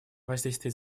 воздействие